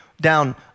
down